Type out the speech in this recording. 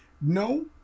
no